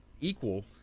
equal